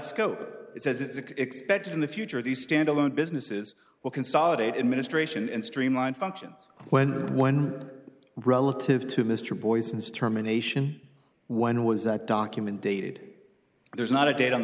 scope he says it's expected in the future these standalone businesses will consolidate administration and streamline functions when one relative to mr boies and terminations when was that document dated there's not a date on the